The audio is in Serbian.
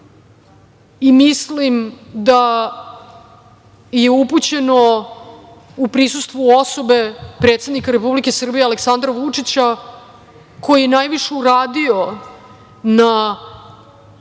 i mislim da je upućeno u prisustvu osobe, predsednika Republike Srbije Aleksandra Vučića, koji najviše uradio na